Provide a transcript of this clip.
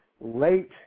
late